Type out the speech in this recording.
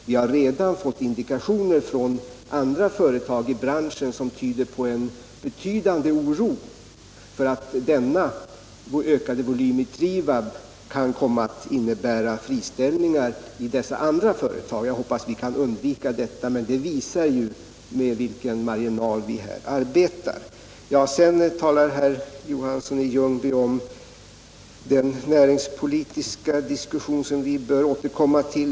Vi har redan fått indikationer från andra företag i branschen som visar på en betydande oro för att denna ökade volym vid Trivab kan komma att innebära friställningar vid dessa andra företag. Jag hoppas vi kan undvika det, men oron visar med vilka små marginaler vi arbetar. Sedan talar herr Johansson i Ljungby om den näringspolitiska diskussion som vi bör återkomma till.